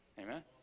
Amen